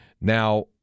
Now